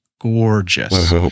gorgeous